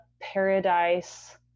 Paradise